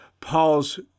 Paul's